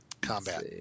Combat